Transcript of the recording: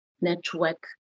network